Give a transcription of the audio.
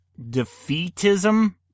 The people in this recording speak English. defeatism